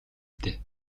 дээ